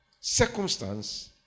Circumstance